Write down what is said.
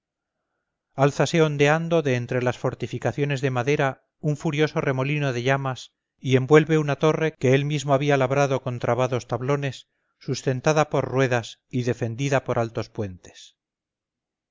alzase ondeando de entre las fortificaciones de madera un furioso remolino de llamas y envuelve una torre que él mismo había labrado con trabados tablones sustentada por ruedas y defendida por altos puentes